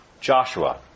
Joshua